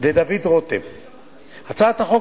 יציג את הצעת החוק